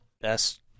best